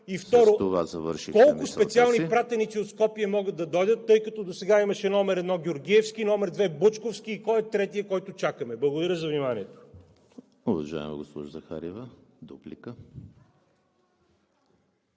…колко специални пратеници от Скопие могат да дойдат, тъй като досега имаше № 1 – Георгиевски, № 2 – Бучковски, и кой е третият, който чакаме? Благодаря за вниманието.